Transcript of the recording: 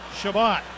Shabbat